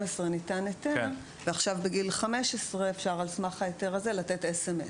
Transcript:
ניתן היתר ועכשיו בגיל 15 על סמך ההיתר הזה אפשר לתת מסרון.